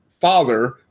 father